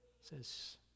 says